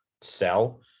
sell